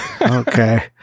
Okay